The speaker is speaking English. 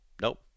nope